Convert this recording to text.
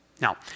Now